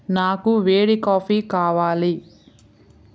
నాకు వేడి కాఫీ కావాలి